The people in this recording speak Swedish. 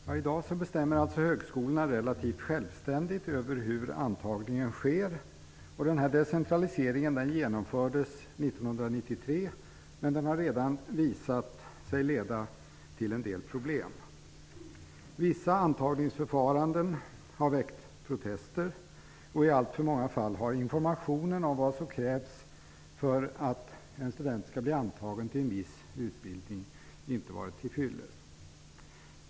Herr talman! I dag bestämmer alltså högskolorna relativt självständigt över hur antagningar sker. Denna decentralisering genomfördes 1993, men den har redan visat sig leda till en del problem. Vissa antagningsförfaranden har väckt protester, och i alltför många fall har informationen om vad som krävs för att en student skall bli antagen till en viss utbildning inte varit tillfyllest.